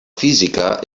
física